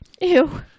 Ew